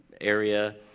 area